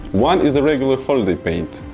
one is a regular holiday paint.